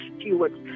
stewards